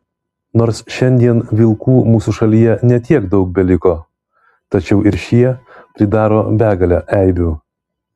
nors šiandien vilkų mūsų šalyje ne tiek daug beliko tačiau ir šie pridaro begalę eibių